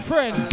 Friend